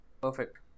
perfect